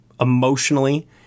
emotionally